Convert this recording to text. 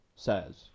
says